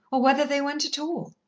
or whether they went at all.